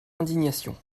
indignation